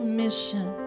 mission